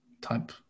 type